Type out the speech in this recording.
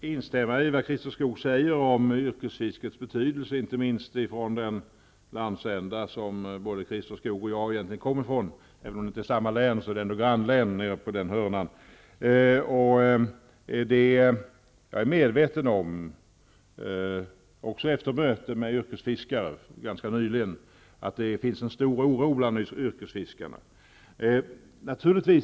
instämma i det som Christer Skoog sade om yrkesfiskets betydelse, inte minst i den landsända som både Christer Skoog och jag kommer ifrån -- även om det inte rör sig om samma län, kommer jag ändå från grannlänet. Efter ett möte ganska nyligen med yrkesfiskare har också jag blivit medveten om att det finns en stor oro bland dem.